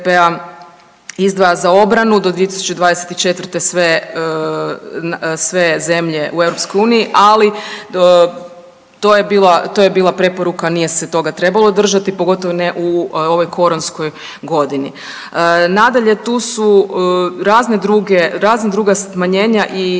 izdvaja za obranu do 2024. sve, sve zemlje u EU, ali to je bila, to je bila preporuka, nije se toga trebalo držati, pogotovo ne u ovoj koronskoj godini. Nadalje, tu su razne druge, razna druga smanjenja i